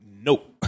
Nope